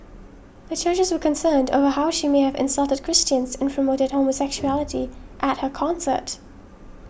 the churches were concerned over how she may have insulted Christians and promoted homosexuality at her concert